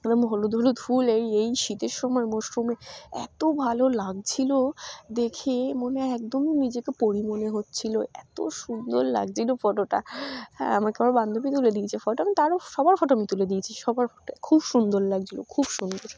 একদম হলুদ হলু ধুল এই এই শীতের সময় মশরুমে এতো ভালো লাগছিলো দেখে মনে একদম নিজেকে পরি মনে হচ্ছিলো এতো সুন্দর লাগছিলো ফটোটা হ্যাঁ আমাকে আবার বান্ধবী তুলে দিয়েছে ফটো আমি তারও সবার ফটো আমি তুলে দিয়েছি সবার ফটোটা খুব সুন্দর লাগছিলো খুব সুন্দর